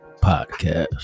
Podcast